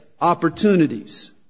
opportunities